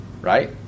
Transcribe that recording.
right